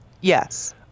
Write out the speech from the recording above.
Yes